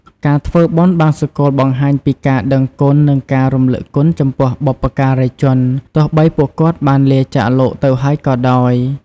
ការធ្វើបុណ្យបង្សុកូលបង្ហាញពីការដឹងគុណ និងការរំលឹកគុណចំពោះបុព្វការីជន ទោះបីពួកគាត់បានលាចាកលោកទៅហើយក៏ដោយ។